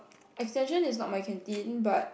extension is not my canteen but